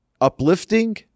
uplifting